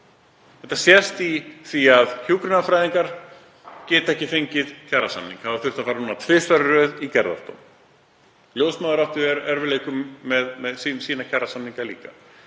Það sést á því að hjúkrunarfræðingar geta ekki fengið kjarasamning, hafa þurft að fara núna tvisvar í röð í gerðardóm. Ljósmæður áttu í erfiðleikum með sína kjarasamninga líka